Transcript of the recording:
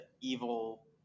evil